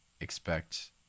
expect